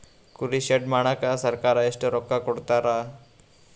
ಕುರಿ ಶೆಡ್ ಮಾಡಕ ಸರ್ಕಾರ ಎಷ್ಟು ರೊಕ್ಕ ಕೊಡ್ತಾರ?